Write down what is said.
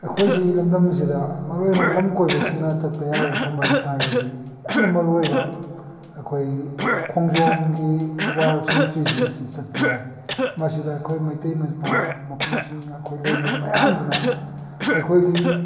ꯑꯩꯈꯣꯏꯁꯤꯒꯤ ꯂꯝꯗꯝꯁꯤꯗ ꯃꯔꯨ ꯑꯣꯏꯅ ꯂꯝ ꯀꯣꯏꯕꯁꯤꯡꯅ ꯆꯠꯄ ꯌꯥꯕ ꯃꯐꯝ ꯍꯥꯏꯕ ꯇꯥꯔꯒꯗꯤ ꯌꯥꯝꯅ ꯃꯔꯨ ꯑꯣꯏꯕ ꯑꯩꯈꯣꯏ ꯈꯣꯡꯖꯣꯝꯒꯤ ꯋꯥꯔ ꯁꯤꯃꯤꯇ꯭ꯔꯤꯁꯤ ꯑꯁꯤ ꯆꯠꯄ ꯌꯥꯏ ꯃꯁꯤꯗ ꯑꯩꯈꯣꯏ ꯃꯩꯇꯩ ꯃꯄꯥ ꯃꯄꯨꯁꯤꯡꯅ ꯑꯩꯈꯣꯏ ꯂꯩꯔꯤꯕ ꯃꯌꯥꯝꯁꯤꯅ ꯑꯩꯈꯣꯏꯒꯤ